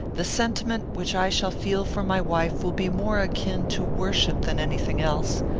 the sentiment which i shall feel for my wife will be more akin to worship than any thing else.